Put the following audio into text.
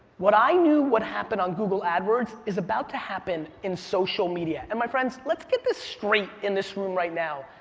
what i knew would happen on google adwords is about to happen in social media. and my friends, let's get this straight in this room right now,